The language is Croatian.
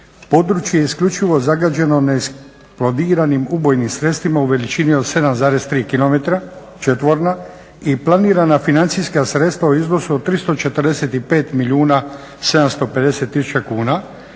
područje isključivo zagađeno neeksplodiranim ubojni sredstvima u veličini od 7,3 km2 i planirana financijska sredstva u iznosu od 345 milijuna 750 tisuća kuna,